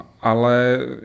ale